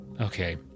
Okay